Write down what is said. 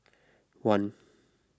one